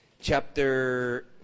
Chapter